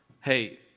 Hey